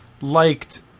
Liked